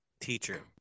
teacher